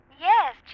Yes